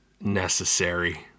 necessary